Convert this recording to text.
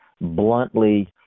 bluntly